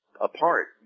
apart